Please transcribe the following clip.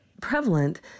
prevalent